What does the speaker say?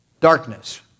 Darkness